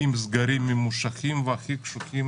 עם סגרים ממושכים והכי פשוטים